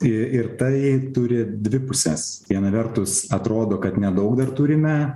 ir tai turi dvi puses viena vertus atrodo kad nedaug dar turime